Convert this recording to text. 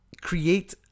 create